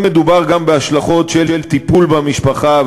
אם מדובר גם בהשלכות של טיפול במשפחה,